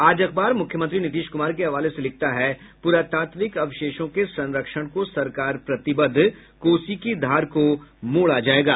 आज अखबर मुख्यमंत्री नीतीश कुमार के हवाले से लिखता है पुरातात्विक अवशेषों के संरक्षण को सरकार प्रतिबद्ध कोसी की धार को मोड़ा जायेगा